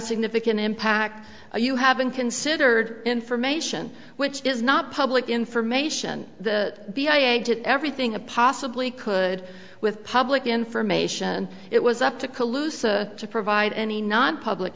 significant impact you haven't considered information which is not public information the b i i did everything a possibly could with public information it was up to colusa to provide any not public